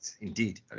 indeed